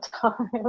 time